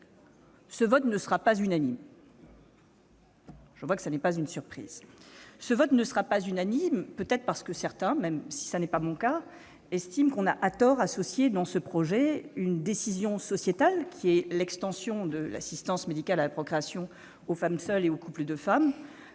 Ce vote ne sera pas unanime. Vous n'en serez pas surpris. Ce vote ne sera pas unanime, peut-être parce que certains- ce n'est pas mon cas -estiment qu'on a, à tort, associé, dans ce projet, une décision sociétale, qui est l'extension de l'assistance médicale à la procréation aux femmes seules et aux couples de femmes,